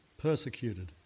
persecuted